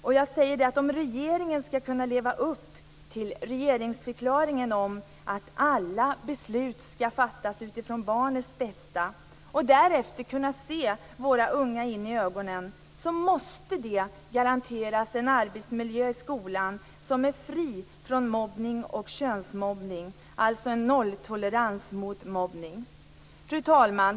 Men för att regeringen skall kunna leva upp till det som sägs i regeringsförklaringen, att alla beslut skall fattas utifrån barnets bästa, och därefter kunna se våra unga i ögonen, så måste det garanteras en arbetsmiljö i skolan som är fri från mobbning och könsmobbning - alltså en nolltolerans när det gäller mobbning. Fru talman!